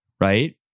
right